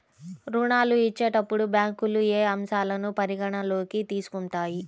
ఋణాలు ఇచ్చేటప్పుడు బ్యాంకులు ఏ అంశాలను పరిగణలోకి తీసుకుంటాయి?